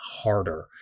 harder